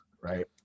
Right